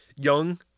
young